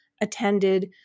attended